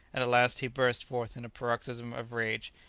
and at last he burst forth in a paroxysm of rage.